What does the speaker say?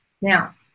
Now